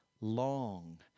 long